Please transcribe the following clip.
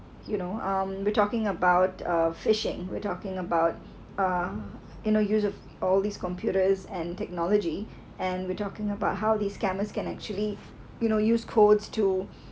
you know um we're talking about a fishing we're talking about uh you know use all these computers and technology and we're talking about how these cameras can actually you know use codes too